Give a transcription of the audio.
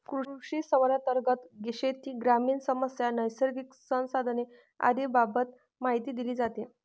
कृषिसंवादांतर्गत शेती, ग्रामीण समस्या, नैसर्गिक संसाधने आदींबाबत माहिती दिली जाते